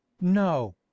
No